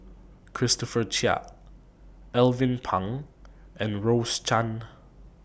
Christopher Chia Alvin Pang and Rose Chan